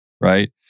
right